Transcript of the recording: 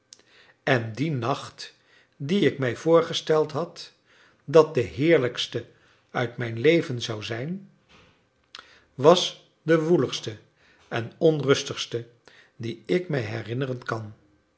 en die nacht dien ik mij voorgesteld had dat de heerlijkste uit mijn leven zou zijn was de woeligste en onrustigste dien ik mij herinneren kan